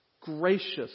gracious